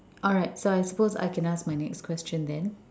alright so of course I can ask my next question then